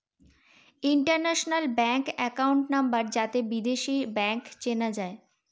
international bank account number যাতে বিদেশী bank চেনা যায়